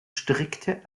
strickte